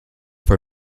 for